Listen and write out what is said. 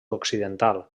occidental